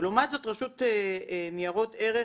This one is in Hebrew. לכם, לרשות ניירות ערך,